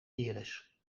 iris